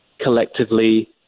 collectively